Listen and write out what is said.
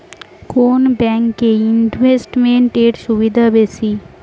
কোন ব্যাংক এ ইনভেস্টমেন্ট এর সুবিধা বেশি?